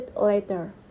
later